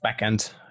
backend